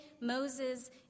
Moses